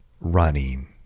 running